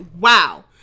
wow